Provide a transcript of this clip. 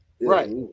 right